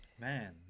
man